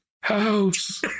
House